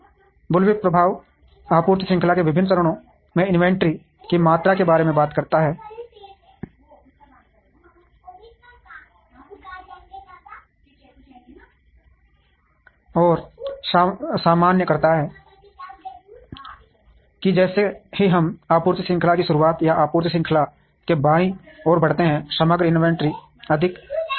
bullwhip प्रभाव आपूर्ति श्रृंखला के विभिन्न चरणों में इन्वेंट्री की मात्रा के बारे में बात करता है और सामान्य करता है कि जैसे ही हम आपूर्ति श्रृंखला की शुरुआत या आपूर्ति श्रृंखला के बाईं ओर बढ़ते हैं समग्र इन्वेंट्री अधिक होगी